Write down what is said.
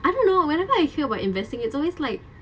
I don't know whenever I hear about investing it's always like